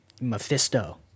Mephisto